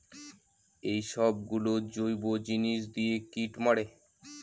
এইসব গুলো জৈব জিনিস দিয়ে কীট মারে